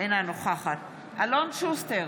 אינה נוכחת אלון שוסטר,